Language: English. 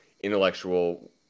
intellectual